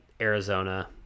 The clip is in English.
Arizona